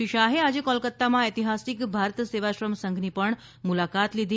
શ્રી શાહ આજે કોલકાતામાં ઐતિહાસિક ભારત સેવાશ્રમ સંઘની પણ મુલાકાત લીધી